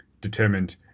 determined